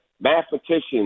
Mathematicians